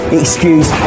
excuse